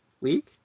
week